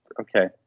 okay